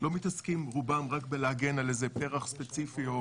לא מתעסקים רובם רק בלהגן על איזה פרח ספציפי או